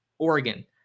Oregon